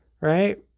right